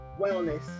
wellness